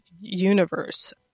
universe